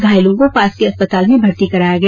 घायलों को पास के अस्पताल में भर्ती कराया गया